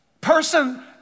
person